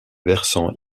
versants